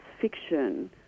fiction